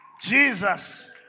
Jesus